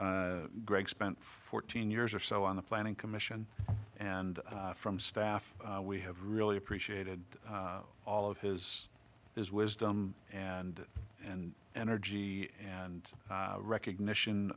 greg spent fourteen years or so on the planning commission and from staff we have really appreciated all of his his wisdom and and energy and recognition